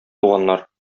туганнар